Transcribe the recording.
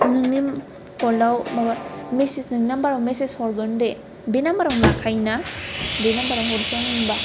नोंनि फनाव मेसेज नोंनि नाम्बारआव मेसेज हरगोन दे बे नाम्बारआव नो लाखायो ना बे नाम्बारावनो हरनोसै आं होमबा